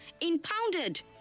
impounded